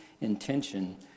intention